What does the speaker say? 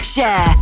Share